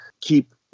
keep